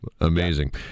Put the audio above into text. Amazing